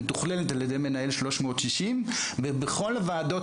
היא מתוכללת על ידי מנהל ׳360׳ ובכל הוועדות